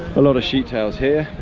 a lot of sheet tails here,